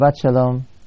shalom